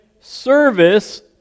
service